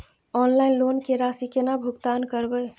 Online loan के राशि केना भुगतान करबे?